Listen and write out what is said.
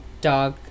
dog